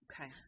Okay